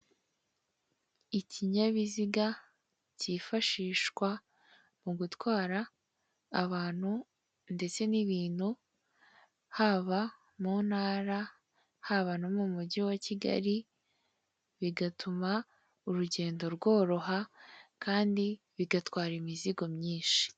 Ikinyabiziga kifashishwa mu gutwara abantu ndetse n'ibintu, haba mu ntara, haba no mu mugi wa Kigali, bigatuma urugendo rworoha, kandi bigatwara imizigo myinshi.